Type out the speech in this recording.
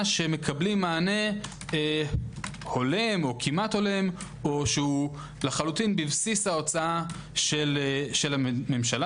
שמקבלים מענה הולם או כמעט הולם או שהוא לחלוטין בבסיס ההוצאה של הממשלה